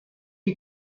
est